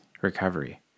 recovery